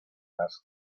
más